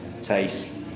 taste